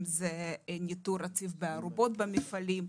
אם זה ניטור רציף בארובות המפעלים,